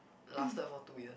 lasted for two years